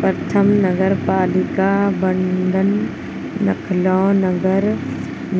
प्रथम नगरपालिका बॉन्ड लखनऊ नगर